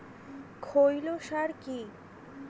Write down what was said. খৈল সার কি?